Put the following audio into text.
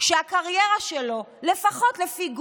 והקריירה שלו, לפחות לפי גוגל,